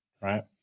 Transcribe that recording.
right